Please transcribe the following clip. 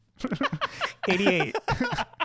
88